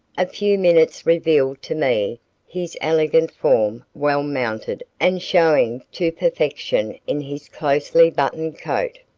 a few minutes revealed to me his elegant form well mounted and showing to perfection in his closely buttoned coat,